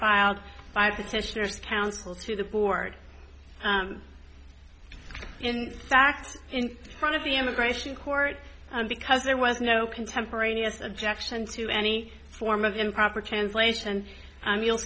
filed by petitioners counsel to the board in fact in front of the immigration court because there was no contemporaneous objection to any form of improper translation you'll